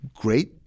great